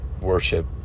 worship